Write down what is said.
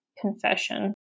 confession